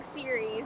series